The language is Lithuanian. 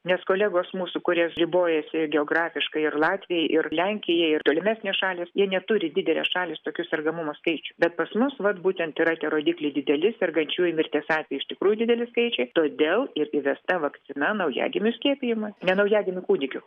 nes kolegos mūsų kurie ribojasi geografiškai ir latviai ir lenkija ir tolimesnės šalys jie neturi didelės šalys tokių sergamumo skaičių bet pas mus vat būtent yra tie rodikliai dideli sergančiųjų mirties atvejai iš tikrųjų dideli skaičiai todėl ir įvesta vakcina naujagimių skiepijimas ne naujagimių kūdikių